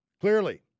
Clearly